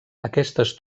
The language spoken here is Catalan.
aquestes